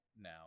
now